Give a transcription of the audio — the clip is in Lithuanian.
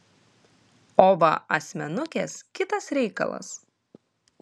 o va asmenukės kitas reikalas